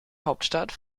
hauptstadt